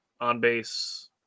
on-base